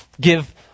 give